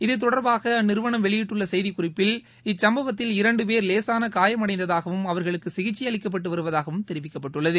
இதுதொடர்பாக அந்நிறுவனம் வெளியிட்டுள்ள செய்திக்குறிப்பில் இச்சம்பவத்தில் இரண்டுபேர் லேசான காயம் அடைந்ததாகவும் அவர்களுக்கு சிகிச்சை அளிக்கப்பட்டு வருவதாகவும் தெரிவிக்கப்பட்டுள்ளது